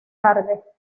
tarde